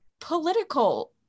political